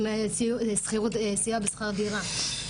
עם סיוע בשכר דירה.